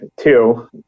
Two